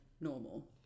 normal